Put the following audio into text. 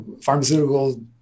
pharmaceutical